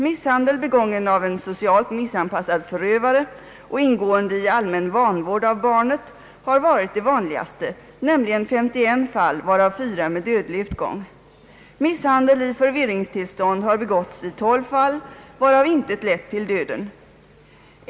Misshandel begången av en socialt missanpassad förövare och ingående i allmän vanvård av barnet har varit det vanligaste, nämligen 51 fall varav 4 med dödlig utgång. Misshandel i förvirringstillstånd har begåtts i 12 fall, varav intet lett till döden.